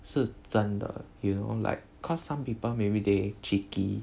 是真的 you know like cause some people maybe they cheeky